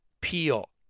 Peel